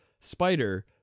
Spider